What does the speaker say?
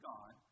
God